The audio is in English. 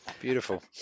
Beautiful